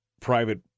private